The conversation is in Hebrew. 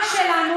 לא אמרתם.